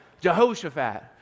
Jehoshaphat